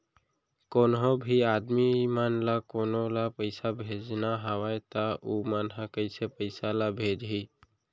कोन्हों भी आदमी मन ला कोनो ला पइसा भेजना हवय त उ मन ह कइसे पइसा ला भेजही?